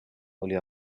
oli